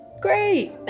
great